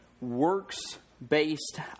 works-based